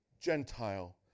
Gentile